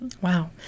Wow